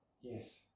Yes